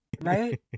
Right